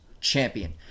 champion